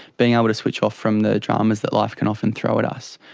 being able to switch off from the dramas that life can often throw at us.